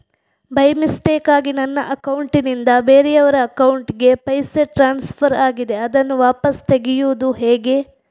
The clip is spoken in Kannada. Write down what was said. ಬೈ ಮಿಸ್ಟೇಕಾಗಿ ನನ್ನ ಅಕೌಂಟ್ ನಿಂದ ಬೇರೆಯವರ ಅಕೌಂಟ್ ಗೆ ಪೈಸೆ ಟ್ರಾನ್ಸ್ಫರ್ ಆಗಿದೆ ಅದನ್ನು ವಾಪಸ್ ತೆಗೆಯೂದು ಹೇಗೆ?